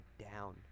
down